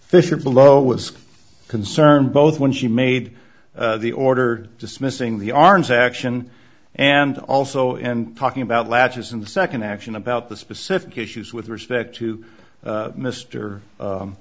fisher below was concerned both when she made the order dismissing the arms action and also and talking about latches in the second action about the specific issues with respect to mister